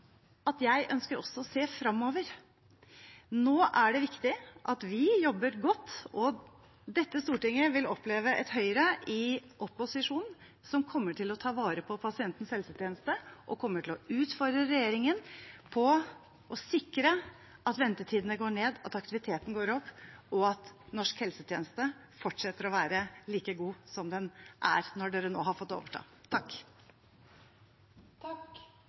at jeg ønsker også å se fremover. Nå er det viktig at vi jobber godt. Dette stortinget vil oppleve et Høyre i opposisjon som kommer til å ta vare på pasientens helsetjeneste og utfordre regjeringen på å sikre at ventetidene går ned, at aktiviteten går opp, og at norsk helsetjeneste fortsetter å være like god som den er nå når de har fått overta.